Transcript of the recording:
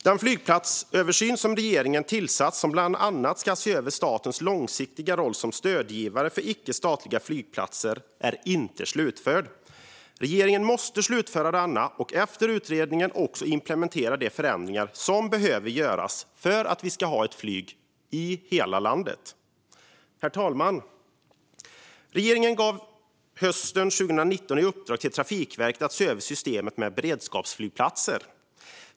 Den flygplatsöversyn som regeringen tillsatt som bland annat ska se över statens långsiktiga roll som stödgivare för icke-statliga flygplatser är inte slutförd. Regeringen måste slutföra denna och efter utredningen också implementera de förändringar som behöver göras för att vi ska ha ett flyg i hela landet. Herr talman! Regeringen gav hösten 2019 i uppdrag till Trafikverket att se över systemet med beredskapsflygplatser.